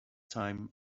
time